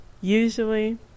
usually